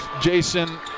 Jason